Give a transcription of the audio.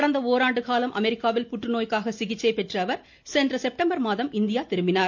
கடந்த ஒராண்டு காலம் அமெரிக்காவில் புற்றுநோய்க்காக சிகிச்சை பெற்ற அவர் சென்ற செப்டம்பர் மாதம் இந்தியா திரும்பினார்